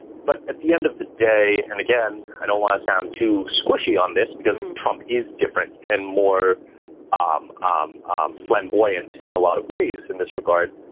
but at the end of the day, and again, i don't want to sound too squishy on this because trump is different and more um um um flamboyant in a lot of ways in this regard.